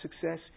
success